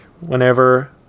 whenever